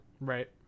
Right